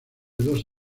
dos